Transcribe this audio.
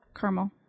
caramel